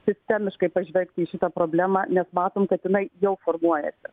sistemiškai pažvelgti į šitą problemą nes matom kad jinai jau formuojasi